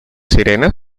sirenas